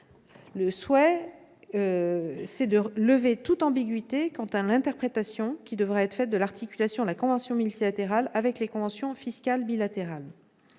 souhait est de lever toute ambiguïté quant à l'interprétation qui devra être faite de l'articulation entre la convention multilatérale et les conventions fiscales bilatérales.